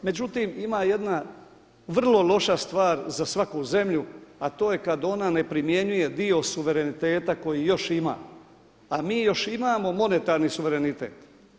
Međutim ima jedna vrlo loša stvar za svaku zemlju a to je kada ona ne primjenjuje dio suvereniteta koji još ima a mi još imamo monetarni suverenitet.